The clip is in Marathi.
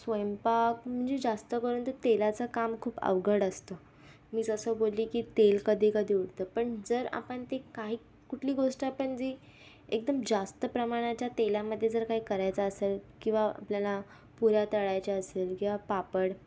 स्वयंपाक म्हणजे जास्तकरून तर तेलाचं काम खूप अवघड असतं मीच असं बोलले की तेल कधी कधी उडतं पण जर आपण ते काही कुठली गोष्ट आपण जी एकदम जास्त प्रमाणाच्या तेलामध्ये जर काही करायचं असेल किंवा आपल्याला पुऱ्या तळायच्या असेल किंवा पापड